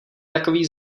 takový